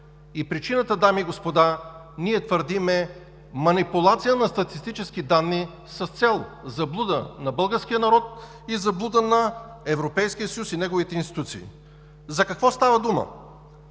И причината, дами и господа, ние твърдим, е: манипулация на статистически данни с цел заблуда на българския народ и заблуда на Европейския съюз и неговите институции. За какво става дума?